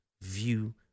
view